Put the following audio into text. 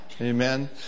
Amen